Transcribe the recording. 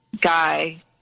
guy